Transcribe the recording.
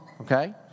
okay